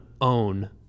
own